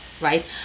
right